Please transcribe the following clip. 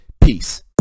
Peace